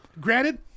granted